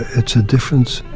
it's a different